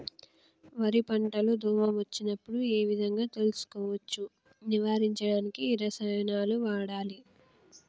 వరి పంట లో దోమ వచ్చినప్పుడు ఏ విధంగా తెలుసుకోవచ్చు? నివారించడానికి ఏ రసాయనాలు వాడాలి?